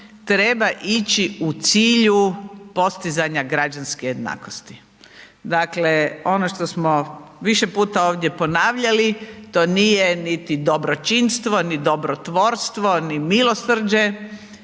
treba ići u cilju postizanja građanske jednakosti. Dakle, ono što smo više puta ovdje ponavljali, to nije niti dobročinstvo ni dobrotvorstvo ni milosrđe,